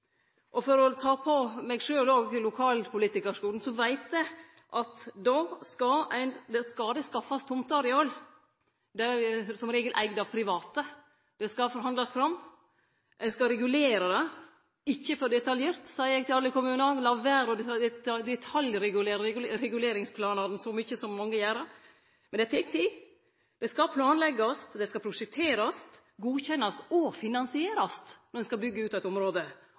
2009. For å ta på meg sjølv òg lokalpolitikarskoen veit eg at då skal det skaffast tomteareal, og dei er som regel eigd av private. Det skal forhandlast fram. Ein skal regulere det – ikkje for detaljert, seier eg til alle kommunane, lat vere å detaljregulere reguleringsplanane så mykje som mange gjer. Men det tek tid: Det skal planleggjast, og det skal prosjekterast, godkjennast og finansierast når ein skal byggje ut eit område.